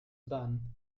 bun